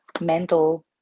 mental